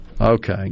Okay